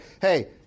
Hey